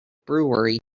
brewery